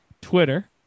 Twitter